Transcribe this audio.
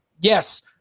yes